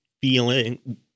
feeling